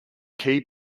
key